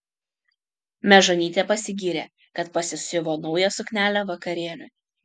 mežonytė pasigyrė kad pasisiuvo naują suknelę vakarėliui